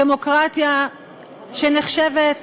דמוקרטיה שנחשבת,